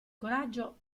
coraggio